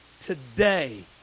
today